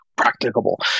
practicable